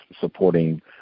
supporting